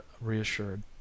reassured